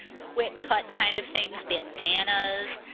quick cut kind of things, bandanas.